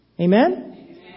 Amen